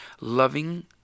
Loving